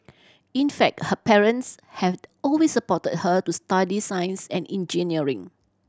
in fact her parents had always supported her to study science and engineering